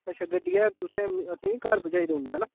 अच्छा गड्डियै'र तुसें असेंगी घर पजाई देई ओड़ना हैना